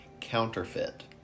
counterfeit